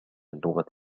اللغة